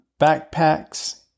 backpacks